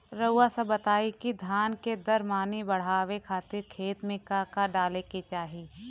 रउआ सभ बताई कि धान के दर मनी बड़ावे खातिर खेत में का का डाले के चाही?